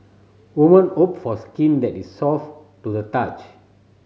woman hope for skin that is soft to the touch